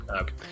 Okay